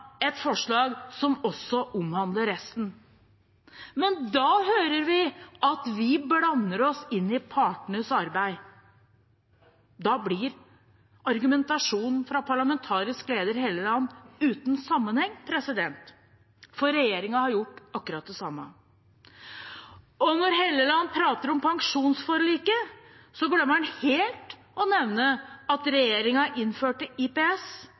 et forslag som også omhandler resten. Men da hører vi at vi blander oss inn i partenes arbeid. Da blir argumentasjonen fra parlamentarisk leder Helleland uten sammenheng, for regjeringen har gjort akkurat det samme. Når Helleland prater om pensjonsforliket, glemmer han helt å nevne at regjeringen innførte IPS,